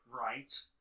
right